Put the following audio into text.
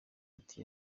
ati